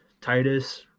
Titus